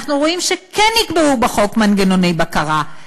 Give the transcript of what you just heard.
אנחנו רואים שכן נקבעו בחוק מנגנוני בקרה.